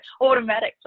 automatically